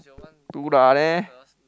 two lah there